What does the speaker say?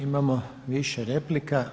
Imamo više replika.